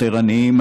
יותר עניים,